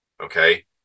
okay